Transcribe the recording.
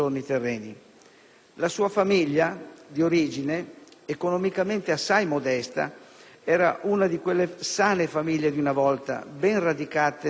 La sua famiglia di origine, economicamente assai modesta, era una di quelle sane famiglie di una volta, ben radicate nel territorio,